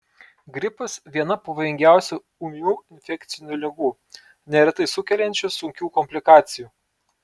gripas viena pavojingiausių ūmių infekcinių ligų neretai sukeliančių sunkių komplikacijų